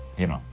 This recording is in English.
you know,